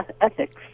ethics